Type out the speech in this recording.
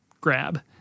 grab